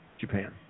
Japan